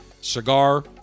cigar